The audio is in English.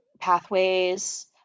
pathways